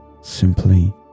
simply